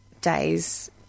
days –